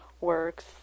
works